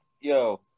Yo